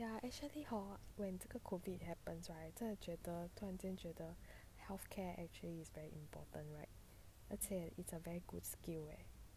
ya actually hor when 这个 COVID happens right 觉得突然间觉得 healthcare actually is very important right 而且 it's a very good skill leh